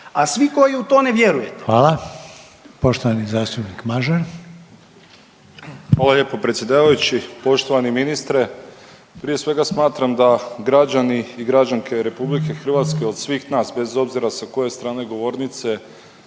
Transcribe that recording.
A svi koji u to ne vjerujete… **Reiner, Željko (HDZ)** Hvala. Poštovani zastupnik Mažar. **Mažar, Nikola (HDZ)** Hvala lijepo predsjedavajući, poštovani ministre. Prije svega smatram da građani i građanke Republike Hrvatske od svih nas, bez obzira sa koje strane govornice